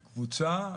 קבוצה,